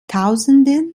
tausende